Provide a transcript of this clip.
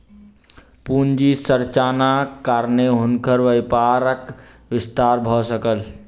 पूंजी संरचनाक कारणेँ हुनकर व्यापारक विस्तार भ सकल